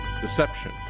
deception